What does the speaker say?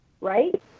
right